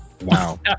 wow